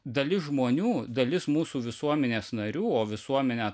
dalis žmonių dalis mūsų visuomenės narių o visuomenę